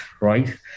right